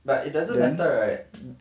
but it doesn't matter right